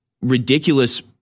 ridiculous